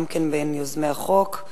גם היא מיוזמי החוק.